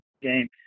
game